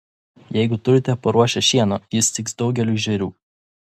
jeigu turite paruošę šieno jis tiks daugeliui žvėrių